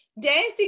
Dancing